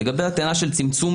באשר הטענה של צמצום